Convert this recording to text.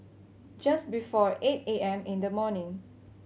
just before eight A M in the morning